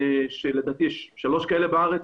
שלוש כאלו בארץ.